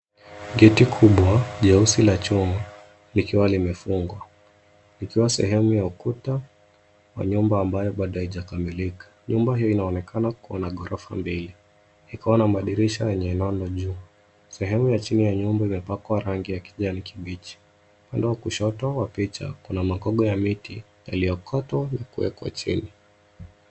Gate kubwa Cheusi la chuma likiwa limefungwa, likuwa sehemu ya ukuta kwa nyumba ambayo bado ijakamilika, nyumba io inaonekana kuwa na gorofa mbili iko na madirisha enye ni nono juu, sehemu ya jini ya nyumba imepakwa rangi kijani kibichi, upande wa kushoto wa picha kuna magogo ya miti yaliookotwa na kuwekwa chini.